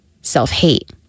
self-hate